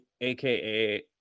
aka